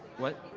what?